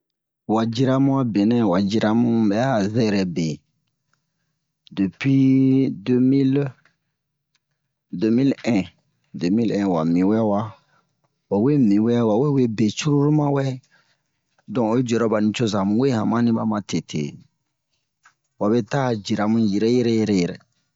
a ciramu a benɛ a ciramu bɛ'a zɛrɛ be depi de-mile de-mil-ɛn de-mile-ɛn wa miwɛwa wa we miwɛ wa wee be curulu wawɛ donk oyi diyara ɓa nucoza mu wee hanmani ɓa matete wabe ta a cirimu yɛrɛ yɛrɛ